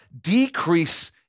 decrease